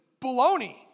Baloney